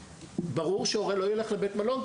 ברור שהורה לא ילך לבית מלון,